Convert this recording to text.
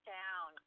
down